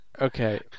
okay